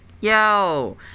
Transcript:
Yo